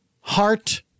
heart